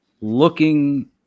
looking